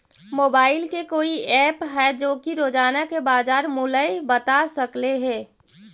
Mobile के कोइ app है जो कि रोजाना के बाजार मुलय बता सकले हे?